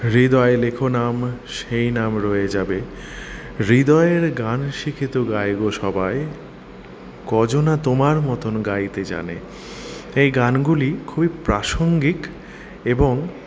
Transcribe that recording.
হৃদয় লেখো নাম সেই নাম রয়ে যাবে হৃদয়ের গান শিখে তো গাইব সবাই কজনে তোমার মতো গাইতে জানে এই গানগুলি খুব প্রাসঙ্গিক এবং